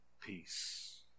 peace